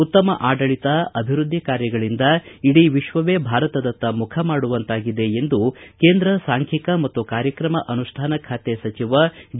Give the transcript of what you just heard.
ಉತ್ತಮ ಆಡಳತ ಅಭಿವೃದ್ಧಿ ಕಾರ್ಯಗಳಿಂದ ಇಡೀ ವಿಶ್ವವೇ ಭಾರತದತ್ತ ಮುಖ ಮಾಡುವಂತಾಗಿದೆ ಎಂದು ಕೇಂದ್ರ ಸಾಂಖ್ಯಿಕ ಮತ್ತು ಕಾರ್ಯಕ್ರಮ ಅನುಷ್ಠಾನ ಖಾತೆ ಸಚಿವ ಡಿ